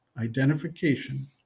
Identification